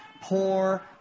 Poor